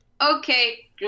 okay